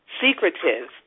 secretive